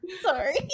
Sorry